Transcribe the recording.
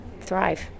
thrive